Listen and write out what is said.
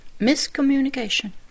Miscommunication